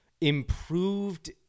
improved